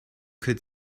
could